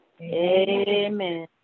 Amen